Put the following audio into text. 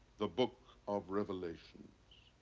the book of revelations.